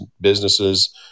businesses